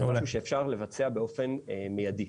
וזה משהו שאפשר לבצע באופן מיידי.